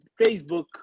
Facebook